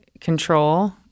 control